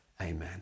Amen